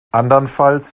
andernfalls